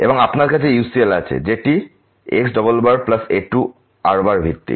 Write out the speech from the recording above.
এবং আপনার কাছে UCL আছে যেটি XA2R ভিত্তিক